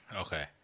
Okay